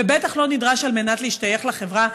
ובטח לא נדרש על מנת להשתייך לחברה.